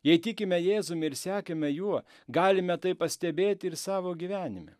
jei tikime jėzumi ir sekame juo galime tai pastebėti ir savo gyvenime